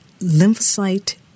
Lymphocyte